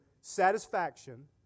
satisfaction